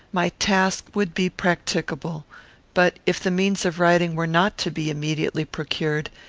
my task would be practicable but, if the means of writing were not to be immediately procured,